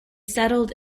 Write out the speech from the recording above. settled